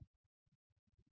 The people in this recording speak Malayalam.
ഓക്കേ